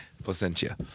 placentia